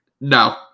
No